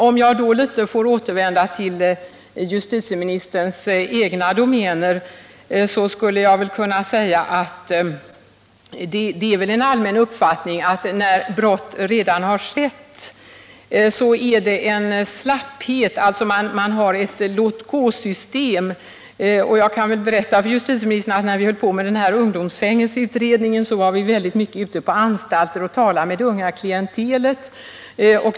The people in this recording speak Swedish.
Om jag får återvända till justitieministerns egna domäner kan jag berätta att det är en allmän uppfattning att det råder slapphet efter det att ett brott har begåtts — man har ett låtgåsystem. Jag kan berätta för justitieministern att vi i ungdomsfängelseutredningen ofta var ute på anstalterna och talade med det unga klientelet.